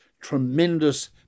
tremendous